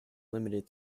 limited